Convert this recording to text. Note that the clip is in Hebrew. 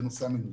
בנושא המינויים.